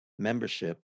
Membership